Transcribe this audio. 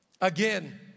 again